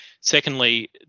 Secondly